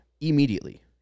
immediately